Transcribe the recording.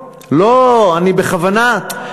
לא, אני בכוונה,